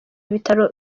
ibitaro